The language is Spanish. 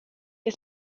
que